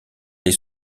les